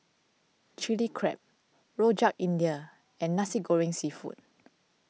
Chilli Crab Rojak India and Nasi Goreng Seafood